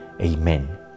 Amen